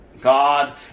God